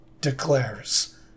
declares